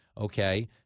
Okay